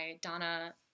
Donna